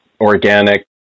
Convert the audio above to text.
organic